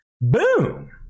Boom